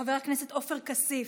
חבר הכנסת עופר כסיף,